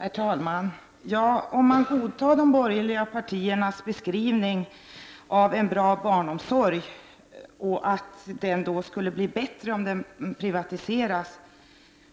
Herr talman! Ja, om man godtar de borgerliga partiernas beskrivning av en bra barnomsorg, att den skulle bli bättre om den privatiserades